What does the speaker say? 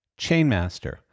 Chainmaster